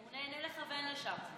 הוא נהנה לכוון לשם.